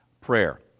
prayer